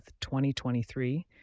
2023